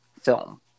film